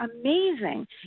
amazing